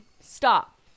Stop